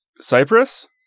Cyprus